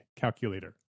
calculator